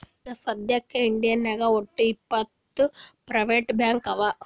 ಈಗ ಸದ್ಯಾಕ್ ಇಂಡಿಯಾನಾಗ್ ವಟ್ಟ್ ಇಪ್ಪತ್ ಪ್ರೈವೇಟ್ ಬ್ಯಾಂಕ್ ಅವಾ